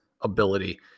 ability